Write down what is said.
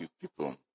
people